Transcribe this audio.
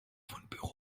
fundbüro